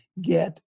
get